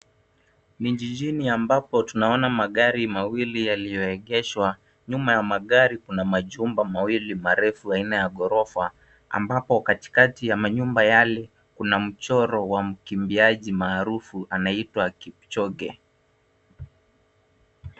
Ni jijini ambapo tunaona magari mawili yaliyoegeshwa. Nyuma ya magari kuna machumba mawili marefu aina ya gorofa, ambapo katikati ya manyumba yale kuna mchoro wa mkimbiaji maarufu anaitwa kipchoge.